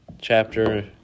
chapter